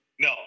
No